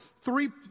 three